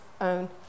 own